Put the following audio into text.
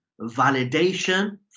validation